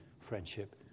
friendship